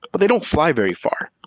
but they don't fly very far.